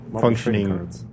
functioning